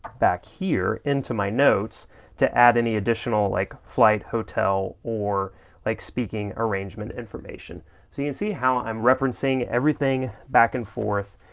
back here into my notes to add any additional like flight hotel, or like speaking arrangement information. so you see how i'm referencing everything back and forth?